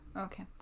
Okay